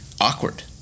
awkward